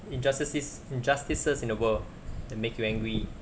injustices injustices in the world that make you angry